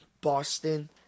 Boston